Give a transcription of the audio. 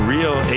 Real